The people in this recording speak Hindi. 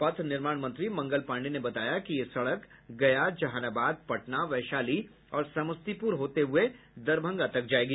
पथ निर्माण मंत्री मंगल पांडेय ने बताया कि यह सड़क गया जहानाबाद पटना वैशाली और समस्तीपुर से होते हुये दरभंगा तक जायेगी